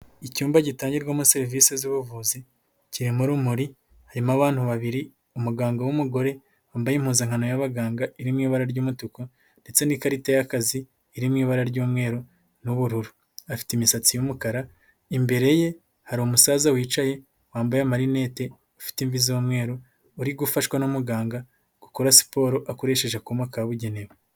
Icyumba gitangirwamo serivisi z'ubuvuzi, kirimo urumuri, harimo abana babiri, umuganga w'umugore wambaye impuzankano y'abaganga, iri mu ibara ry'umutuku ndetse n'ikarita y'akazi, iri mu ibara ry'umweru n'ubururu, afite imisatsi y'umukara, imbere ye hari umusaza wicaye, wambaye amarinete, ufite imvi z'umweru, uri gufashwa na muganga gukora siporo, akoresheje akuma kabugenewe.